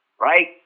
right